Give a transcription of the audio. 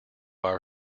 our